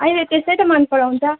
अहिले त्यस्तै त मन पराउँछ